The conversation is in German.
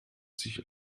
sich